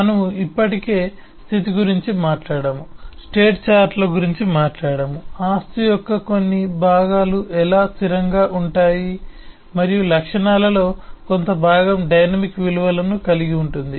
మనము ఇప్పటికే స్థితి గురించి మాట్లాడాము స్టేట్ చార్టుల గురించి మాట్లాడాము ఆస్తి యొక్క కొన్ని భాగాలు ఎలా స్థిరంగా ఉంటాయి మరియు లక్షణాలలో కొంత భాగం డైనమిక్ విలువలను కలిగి ఉంటుంది